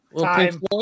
Time